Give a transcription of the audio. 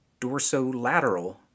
dorsolateral